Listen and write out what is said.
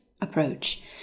approach